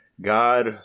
God